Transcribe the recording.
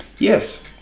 yes